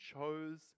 chose